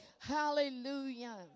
Hallelujah